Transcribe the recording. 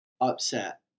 upset